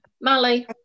Molly